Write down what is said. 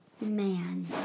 man